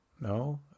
no